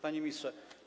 Panie Ministrze!